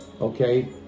okay